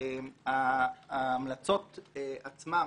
לגבי ההמלצות עצמן